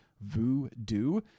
Voodoo